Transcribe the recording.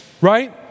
right